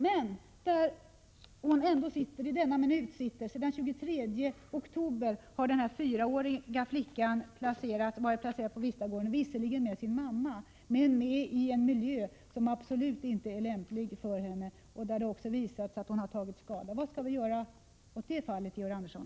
Men ändå är i denna minut och sedan den 23 oktober den här fyraåriga flickan placerad på Vistagården, visserligen tillsammans med sin mor men i en miljö som absolut inte är lämplig för henne. Det har också visats att hon har tagit skada. Vad skall vi göra åt detta fall, Georg Andersson?